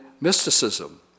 mysticism